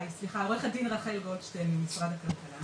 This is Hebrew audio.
עו"ד רחל גולדשטיין ממשרד הכלכלה והתעשייה.